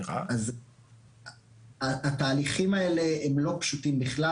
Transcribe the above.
אז התהליכים האלה הם לא פשוטים בכלל.